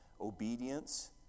Obedience